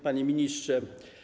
Panie Ministrze!